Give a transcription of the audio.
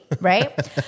right